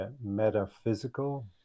metaphysical